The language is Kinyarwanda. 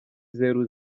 zero